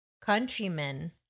countrymen